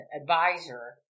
advisor